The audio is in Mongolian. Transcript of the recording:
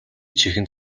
чихэнд